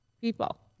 people